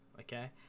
okay